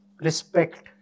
respect